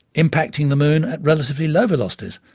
impacting the moon at relatively low velocities,